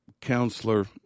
counselor